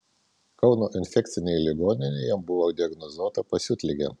kauno infekcinėje ligoninėje jam buvo diagnozuota pasiutligė